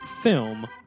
Film